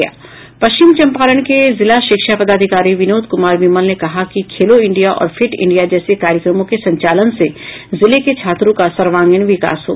पश्चिम चंपारण के जिला शिक्षा पदाधिकारी विनोद कुमार विमल ने कहा है कि खेलो इंडिया और फिट इंडिया जैसे कार्यक्रमों के संचालन से जिले के छात्रों का सर्वागींण विकास होगा